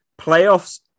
playoffs